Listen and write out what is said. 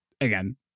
again